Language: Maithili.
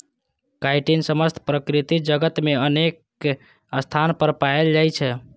काइटिन समस्त प्रकृति जगत मे अनेक स्थान पर पाएल जाइ छै